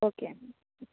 okay అండి